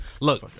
Look